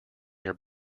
your